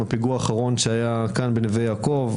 הפיגוע האחרון שהיה בנווה יעקב,